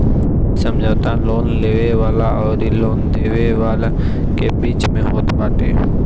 इ समझौता लोन लेवे वाला अउरी लोन देवे वाला के बीच में होत बाटे